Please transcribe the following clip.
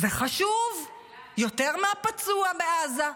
זה חשוב יותר מהפצוע בעזה,